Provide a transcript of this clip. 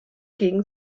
gegen